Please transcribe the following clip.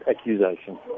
accusation